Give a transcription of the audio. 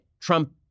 Trump